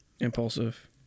impulsive